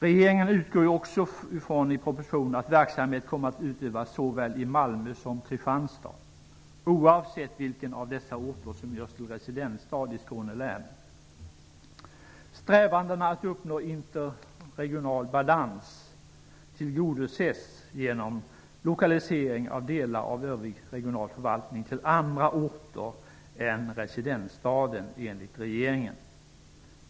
Regeringen utgår i propositionen också från att verksamhet kommer att utövas i såväl Malmö som Kristianstad, oavsett vilken av dessa orter som görs till residensstad i Skåne län. Strävandena att uppnå inomregional balans tillgodoses genom lokalisering av delar av övrig regional förvaltning till andra orter än residensstaden, enligt regeringen.